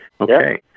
Okay